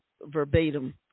verbatim